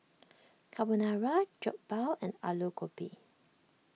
Carbonara Jokbal and Alu Gobi